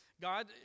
God